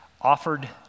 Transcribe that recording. offered